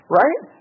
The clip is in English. right